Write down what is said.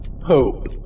Hope